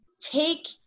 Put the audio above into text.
take